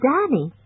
Danny